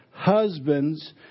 Husbands